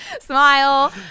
smile